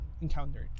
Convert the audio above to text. encountered